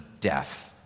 death